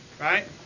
right